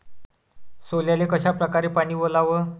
सोल्याले कशा परकारे पानी वलाव?